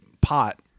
pot